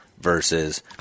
versus